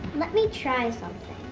let me try something.